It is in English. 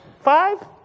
five